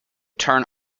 turn